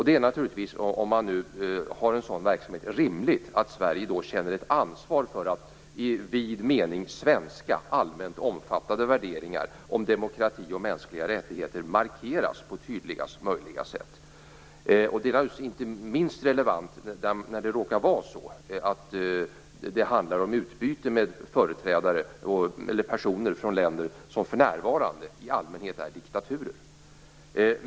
Det är naturligtvis, om man har en sådan här verksamhet, rimligt att Sverige känner ett ansvar för att i vid mening svenska allmänt omfattade värderingar om demokrati och mänskliga rättigheter markeras på tydligast möjliga sätt. Det är inte minst relevant när det råkar vara så att det handlar om utbyte med personer från länder som för närvarande i allmänhet är diktaturer.